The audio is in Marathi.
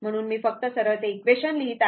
म्हणून मी फक्त सरळ ते इक्वेशन लिहित आहे